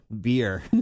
beer